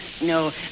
No